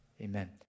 amen